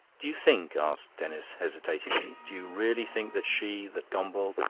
do you think, asked denis hesitatingly do you really think that she. that gombauld.